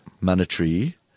Monetary